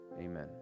Amen